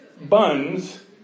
buns